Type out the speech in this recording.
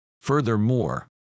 Furthermore